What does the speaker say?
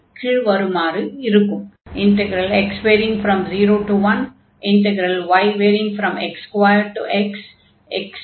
ஆகையால் இன்டக்ரல் கீழே வருமாறு இருக்கும் x01yx2xxyxydydx